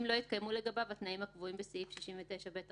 אם לא התקיימו לגביו התנאים הקבועים בסעיף 69ב14,